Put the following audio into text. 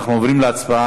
אנחנו עוברים להצבעה.